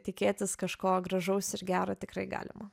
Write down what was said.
tikėtis kažko gražaus ir gero tikrai galima